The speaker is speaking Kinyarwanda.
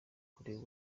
kureba